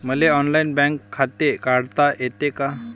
मले online bank खाते काढता येते का?